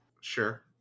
Sure